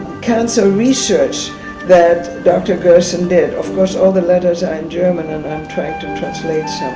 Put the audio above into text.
cancer research that dr. gerson did. of course all the letters are in german and i am trying to translate